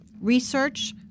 research